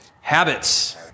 Habits